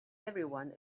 everyone